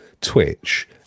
Twitch